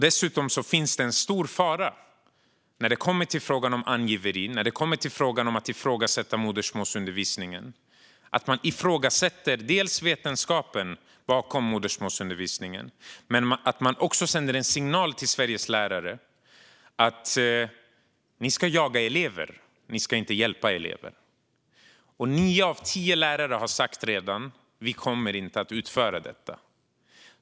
Dessutom finns en stor fara när det kommer till frågan om angiveri, nämligen att man ifrågasätter vetenskapen bakom modersmålsundervisning och sänder en signal till Sveriges lärare att de ska jaga elever, inte hjälpa elever. Nio av tio lärare har redan sagt att de inte kommer att göra detta.